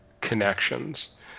connections